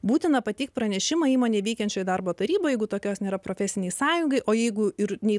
būtina pateikti pranešimą įmonėje veikiančioje darbo taryba jeigu tokios nėra profesinei sąjungai o jeigu ir nei